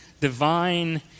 divine